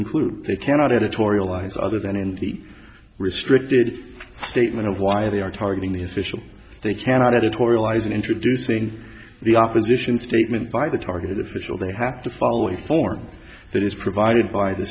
include they cannot editorialize other than in the restricted statement of why they are targeting the official they cannot editorialize in introducing the opposition statement by the target official they have to follow a form that is provided by the